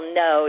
no